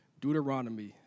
Deuteronomy